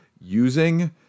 using